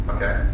Okay